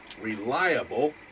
reliable